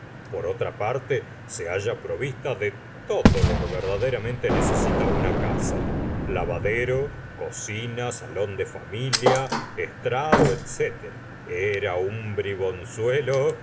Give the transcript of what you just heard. por otra parte se halla provista de todo lo que verdaderamente necesita una casa lavadero cocina salón de familia estrado etc era un bribonzuelo